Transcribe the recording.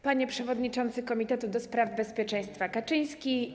Panie Przewodniczący komitetu do spraw bezpieczeństwa Kaczyński!